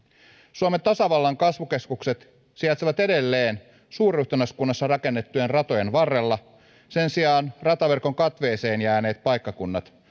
suomen tasavallan kasvukeskukset sijaitsevat edelleen suurruhtinaskunnassa rakennettujen ratojen varrella sen sijaan rataverkon katveeseen jääneet paikkakunnat